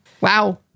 Wow